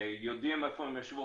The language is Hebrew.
יודעים איפה הם ישבו.